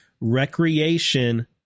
recreation